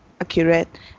accurate